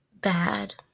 bad